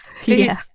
Please